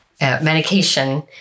medication